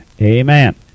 amen